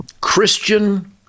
Christian